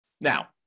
Now